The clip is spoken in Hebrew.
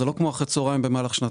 זה לא כמו אחרי הצוהריים במהלך שנת